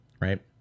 right